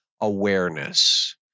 awareness